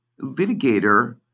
litigator